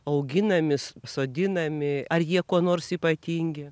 auginami sodinami ar jie kuo nors ypatingi